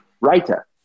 writer